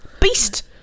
Beast